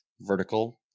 vertical